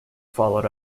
followed